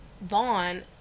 Vaughn